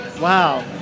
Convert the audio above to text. Wow